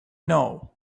know